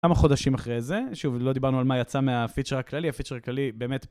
כמה חודשים אחרי זה, שוב, לא דיברנו על מה יצא מהפיצ'ר הכללי, הפיצ'ר הכללי באמת